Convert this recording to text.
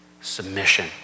submission